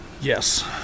Yes